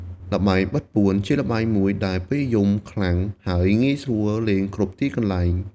ល្បែងបិទពួន ជាល្បែងមួយដែលពេញនិយមខ្លាំង ហើយងាយស្រួលលេងគ្រប់ទីកន្លែង។